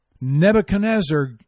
Nebuchadnezzar